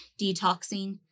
detoxing